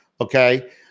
Okay